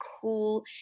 cool